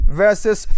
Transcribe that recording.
verses